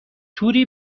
توری